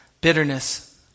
bitterness